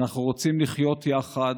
אנחנו רוצים לחיות יחד.